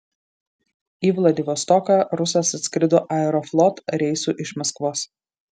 į vladivostoką rusas atskrido aeroflot reisu iš maskvos